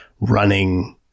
running